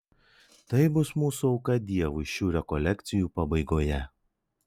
tai bus mūsų auka dievui šių rekolekcijų pabaigoje